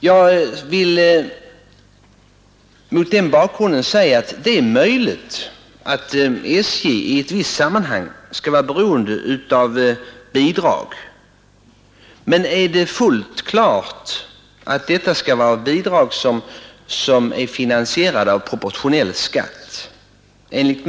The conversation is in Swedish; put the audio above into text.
Jag vill mot den bakgrunden säga att SJ givetvis i ett visst sammanhang kan vara beroende av bidrag, men enligt min mening är det absolut felaktigt att det skall vara bidrag som är finansierade med proportionell skatt.